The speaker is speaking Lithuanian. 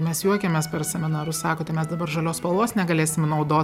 mes juokiamės per seminarus sako tai mes dabar žalios spalvos negalėsim naudot